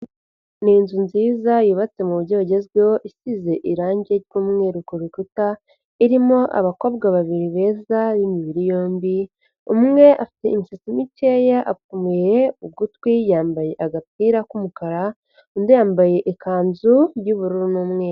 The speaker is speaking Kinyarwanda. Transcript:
Ni inzu nziza yubatse mu buryo bugezweho, isize irangi ry'umweru ku rukuta, irimo abakobwa babiri beza b' imibiri yombi, umwe afite imisatsi mikeya apfumuye ugutwi, yambaye agapira k'umukara, undi yambaye ikanzu y'ubururu n'umweru.